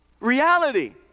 reality